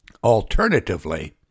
Alternatively